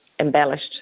embellished